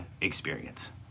experience